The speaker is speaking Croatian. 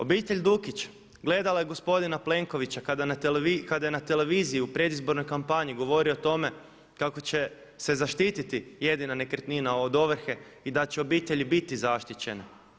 Obitelj Dukić gledala je gospodina Plenkovića kada je na televiziji u predizbornoj kampanji govorio o tome kako će se zaštiti jedina nekretnina od ovrhe i da će obitelji biti zaštićene.